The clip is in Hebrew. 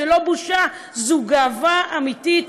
זו לא בושה, זו גאווה אמיתית.